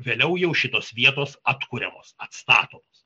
vėliau jau šitos vietos atkuriamos atstatomos